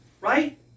right